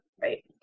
Right